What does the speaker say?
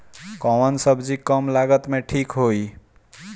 कौन सबजी कम लागत मे ठिक होई?